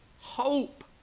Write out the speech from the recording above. hope